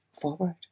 forward